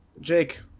Jake